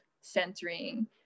centering